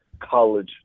college